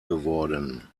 geworden